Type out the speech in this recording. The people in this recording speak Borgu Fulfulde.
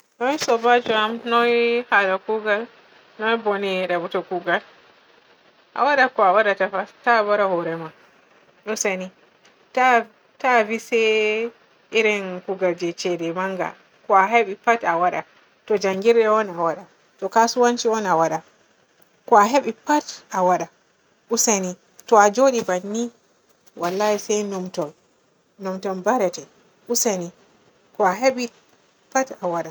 Noy soobajo am? Noy haala kuugal? Noy bone e dabbito kuugal? A waada ko a waadata fa ta a baara hoore ma useni. Ta-ta vi se irin kuugal je ceede manga, ko hebi pat a waada. To njanngirde on waada, to kasuwanci on waada, ko a hebi pat a waada useni. To a njoodi banni wallahi se numtu, numtu baarete, useni ko a hebi pat a waada.